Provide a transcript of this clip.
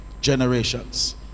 generations